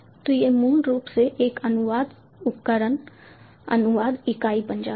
तो यह मूल रूप से एक अनुवाद उपकरण अनुवाद इकाई बन जाता है